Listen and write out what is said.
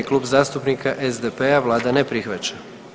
Klub zastupnika SDP-a, vlada ne prihvaća.